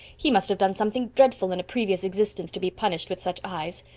he must have done something dreadful in a previous existence to be punished with such eyes.